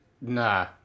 Nah